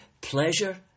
pleasure